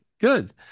Good